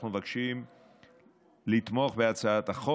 אנחנו מבקשים לתמוך בהצעת החוק,